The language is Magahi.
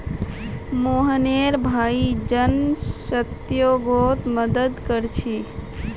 मोहनेर भाई जन सह्योगोत मदद कोरछे